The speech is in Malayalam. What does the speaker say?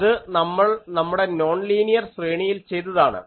അത് നമ്മൾ നമ്മുടെ നോൺലീനിയർ ശ്രേണിയിൽ ചെയ്തതാണ്